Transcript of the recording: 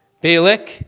Balak